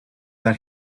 that